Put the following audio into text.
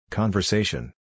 Conversation